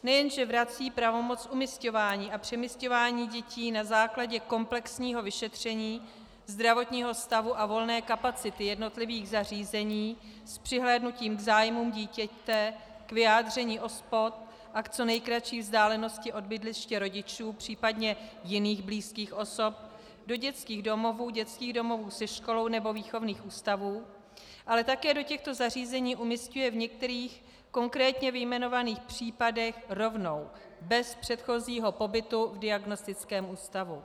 Nejen že vrací pravomoc umisťování a přemisťování dětí na základě komplexního vyšetření, zdravotního stavu a volné kapacity jednotlivých zařízení s přihlédnutím k zájmům dítěte, k vyjádření OSPOD a k co nejkratší vzdálenosti od bydliště rodičů, případně jiných blízkých osob, do dětských domovů, dětských domovů se školou nebo výchovných ústavů, ale také do těchto zařízení umisťuje v některých konkrétně vyjmenovaných případech rovnou bez předchozího pobytu v diagnostickém ústavu.